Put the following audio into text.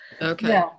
okay